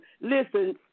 Listen